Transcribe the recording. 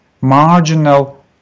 marginal